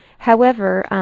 however,